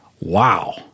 Wow